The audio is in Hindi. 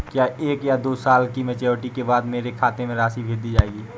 क्या एक या दो साल की मैच्योरिटी के बाद मेरे खाते में राशि भेज दी जाएगी?